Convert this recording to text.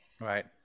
right